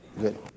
Good